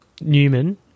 Newman